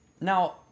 Now